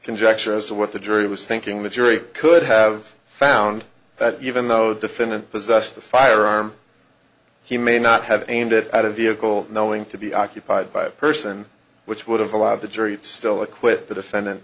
conjecture as to what the jury was thinking the jury could have found that even though the defendant possessed the firearm he may not have aimed it at a vehicle knowing to be occupied by a person which would have a lot of the jury still acquit the defendant